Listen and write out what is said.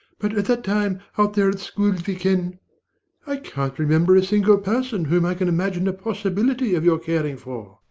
but at that time, out there at skjoldviken i can't remember a single person whom i can imagine the possibility of your caring for.